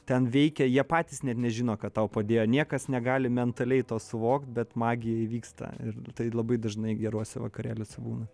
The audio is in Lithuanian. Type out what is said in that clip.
ten veikia jie patys net nežino kad tau padėjo niekas negali mentaliai to suvokt bet magija įvyksta ir tai labai dažnai geruose vakarėlis būna